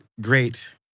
great